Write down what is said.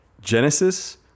Genesis